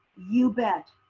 you bet.